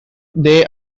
they